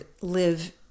live